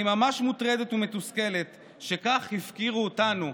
אני ממש מוטרדת ומתוסכלת שכך הפקירו אותנו,